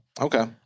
Okay